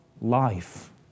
life